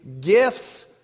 gifts